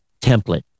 template